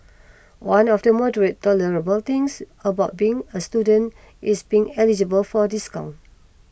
one of the moderately tolerable things about being a student is being eligible for discounts